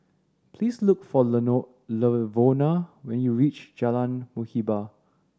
please look for Lavona when you reach Jalan Muhibbah